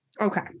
okay